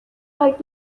might